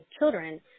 children